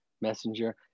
messenger